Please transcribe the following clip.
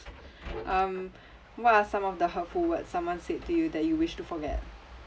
um what are some of the hurtful words someone said to you that you wish to forget